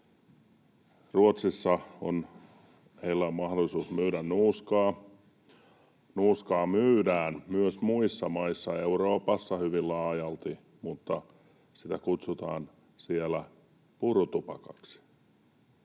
Ruotsissa heillä on mahdollisuus myydä nuuskaa. Nuuskaa myydään myös muissa maissa Euroopassa hyvin laajalti, mutta sitä kutsutaan siellä purutupakaksi.